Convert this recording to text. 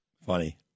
Funny